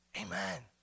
Amen